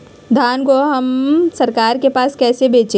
धान को हम सरकार के पास कैसे बेंचे?